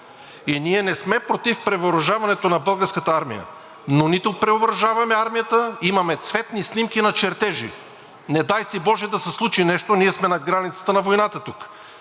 И ние не сме против превъоръжаването на Българската армия, но нито превъоръжаваме армията – имаме цветни снимки на чертежи. Не дай си боже да се случи нещо, ние сме на границата на войната тук